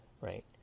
right